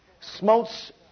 smokes